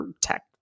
tech